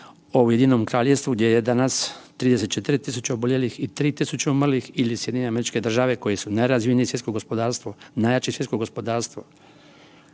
da ne govorim o UK gdje je danas 34.000 oboljelih i 3.000 umrlih ili SAD koje su najrazvijenije svjetsko gospodarstvo najjače svjetsko gospodarstvo